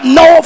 no